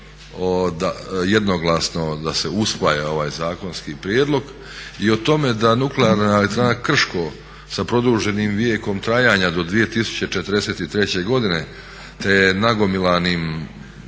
jednoglasno da se usvaja ovaj zakonski prijedlog i o tome da nuklearna elektrana Krško sa produženim vijekom trajanja do 2043. godine te nagomilanim